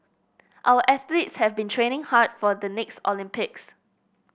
our athletes have been training hard for the next Olympics